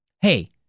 hey